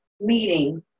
meeting